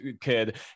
kid